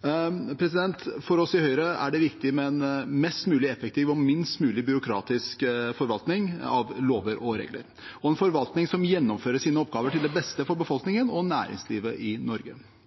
For oss i Høyre er det viktig med en mest mulig effektiv og minst mulig byråkratisk forvaltning av lover og regler – og en forvaltning som gjennomfører sine oppgaver til beste for befolkningen og næringslivet i Norge.